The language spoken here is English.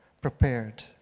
prepared